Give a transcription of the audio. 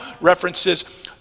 references